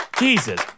Jesus